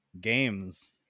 games